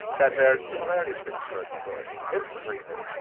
that bears similarities to his short stories. it's creepy.